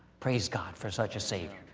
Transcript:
praise god for such a savior.